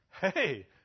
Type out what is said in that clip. Hey